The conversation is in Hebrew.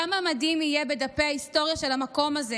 כמה מדהים יהיה בדפי ההיסטוריה של המקום הזה